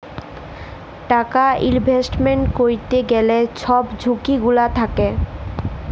টাকা ইলভেস্টমেল্ট ক্যইরতে গ্যালে ছব ঝুঁকি গুলা থ্যাকে